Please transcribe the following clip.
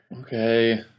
Okay